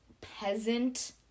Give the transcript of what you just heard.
Peasant